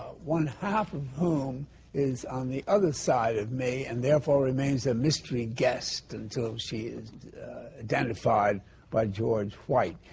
one half of whom is on the other side of me, and therefore remains a mystery guest until she is identified by george white.